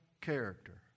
character